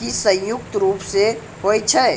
की संयुक्त रूप से होय छै?